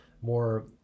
more